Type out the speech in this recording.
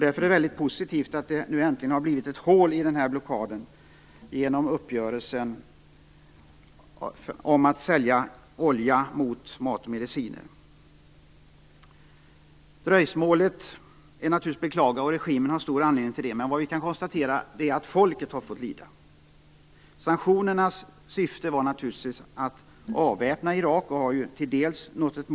Därför är det väldigt positivt att det nu äntligen har blivit ett hål i den här blockaden genom uppgörelsen om att sälja olja mot mat och mediciner. Dröjsmålet är naturligtvis att beklaga, och regimen har stor del av skulden till det. Vad vi kan konstatera är att folket har fått lida. Sanktionernas syfte var naturligtvis att avväpna Irak, och det målet har till dels uppnåtts.